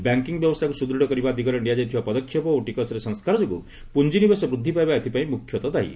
banking ବ୍ୟବସ୍ଥାକୁ ସୁଦୃଢ଼ କରିବା ଦିଗରେ ନିଆଯାଇଥିବା ପଦକ୍ଷେପ ଓ ଟିକସରେ ସଂସ୍କାର ଯୋଗୁଁ ପୁଞ୍ଜିନିବେଶ ବୃଦ୍ଧି ପାଇବା ଏଥିପାଇଁ ମୁଖ୍ୟତଃ ଦାୟୀ